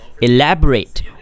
elaborate